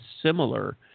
similar